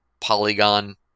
polygon